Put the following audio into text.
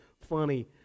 funny